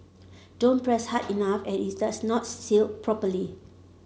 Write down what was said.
don't press hard enough and it does not seal properly